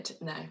no